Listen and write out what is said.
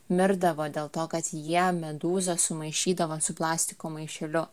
mirdavo dėl to kad jie medūzą sumaišydavo su plastiko maišeliu